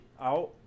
out